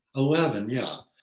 eleven, yeah.